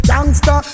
Gangsta